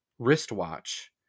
Wristwatch